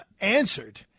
answered